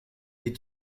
des